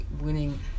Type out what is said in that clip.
winning